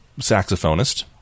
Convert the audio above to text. saxophonist